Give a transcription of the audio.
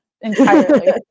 entirely